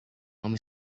i’m